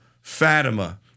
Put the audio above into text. Fatima